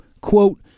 quote